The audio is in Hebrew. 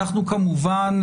אנחנו כמובן,